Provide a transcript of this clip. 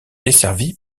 desservi